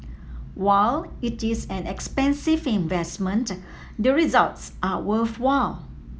while it is an expensive investment the results are worthwhile